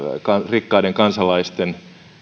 rikkaiden kansalaisten